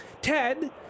Ted